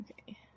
Okay